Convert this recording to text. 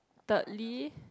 thirdly